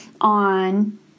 on